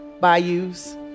bayous